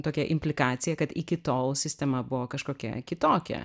tokia implikacija kad iki tol sistema buvo kažkokia kitokia